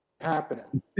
happening